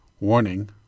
Warning